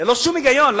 ללא שום היגיון.